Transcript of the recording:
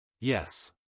Yes